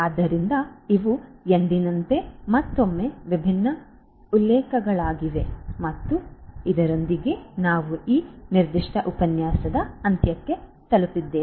ಆದ್ದರಿಂದ ಇವು ಎಂದಿನಂತೆ ಮತ್ತೊಮ್ಮೆ ವಿಭಿನ್ನ ಉಲ್ಲೇಖಗಳಾಗಿವೆ ಮತ್ತು ಇದರೊಂದಿಗೆ ನಾವು ಈ ನಿರ್ದಿಷ್ಟ ಉಪನ್ಯಾಸದ ಅಂತ್ಯಕ್ಕೆ ತಲುಪಿದ್ದೇವೆ